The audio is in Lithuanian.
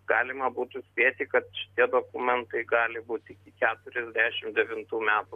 galima būtų spėti kad šitie dokumentai gali būt iki keturiasdešim devintų metų